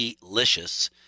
delicious